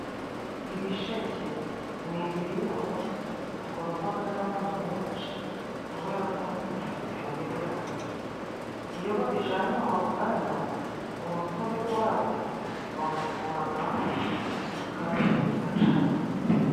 Ibisheke ni ibihingwa bikundwaga n'abantu benshi kubera ko biryohereraga, iyo babijanye mu ruganda umutobe gwabyo bagukuragamo isukari nziza cane.